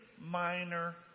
minor